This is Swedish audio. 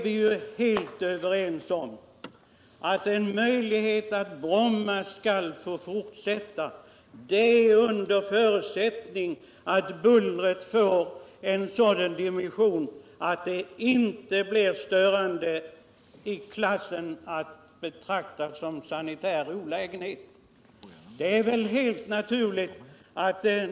Vi är helt överens om att om Bromma skall få fortsätta förutsätter detta att bullret minskas, så att det inte längre är att betrakta som sanitär Nr 52 olägenhet.